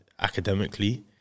academically